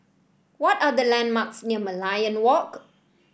what are the landmarks near Merlion Walk